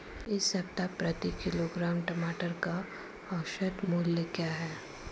इस सप्ताह प्रति किलोग्राम टमाटर का औसत मूल्य क्या है?